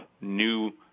new